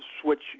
switch